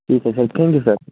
ठीक है sir thank you sir